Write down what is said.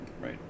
right